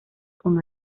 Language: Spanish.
con